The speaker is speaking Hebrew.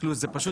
זה פשוט